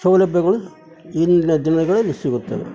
ಸೌಲಭ್ಯಗಳು ಇಂದಿನ ದಿನಗಳಲ್ಲಿ ಸಿಗುತ್ತದೆ